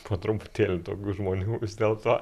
po truputėlį daugiau žmonių vis dėlto